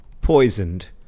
Poisoned